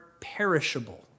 perishable